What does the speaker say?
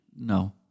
No